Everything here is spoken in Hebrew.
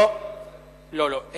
לא, לא.